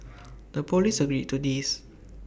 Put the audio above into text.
the Police agreed to this